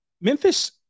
Memphis